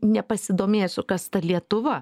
nepasidomėsiu kas ta lietuva